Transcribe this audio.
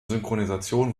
synchronisation